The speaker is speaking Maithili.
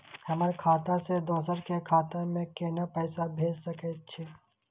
हमर खाता से दोसर के खाता में केना पैसा भेज सके छे?